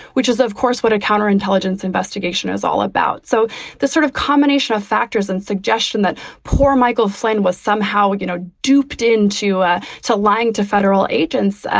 which is, of course, what a counterintelligence investigation is all about. so the sort of combination of factors and suggestion that poor michael flynn was somehow, you know, duped into ah to lying to federal agents.